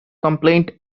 complaint